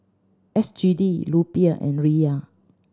S G D Rupiah and Riyal